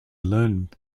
learned